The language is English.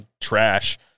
trash